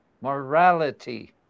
morality